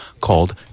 called